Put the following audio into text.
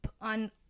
on